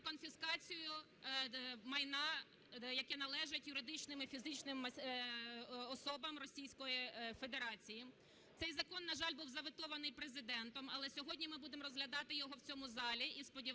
конфіскацію майна, яке належить юридичним і фізичним особам Російської Федерації. Цей закон, на жаль, був заветований Президентом, але сьогодні ми будемо розглядати його в цьому залі, і, сподіваюсь,